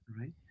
right